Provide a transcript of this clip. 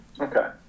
Okay